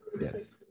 Yes